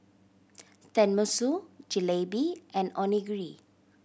Tenmusu Jalebi and Onigiri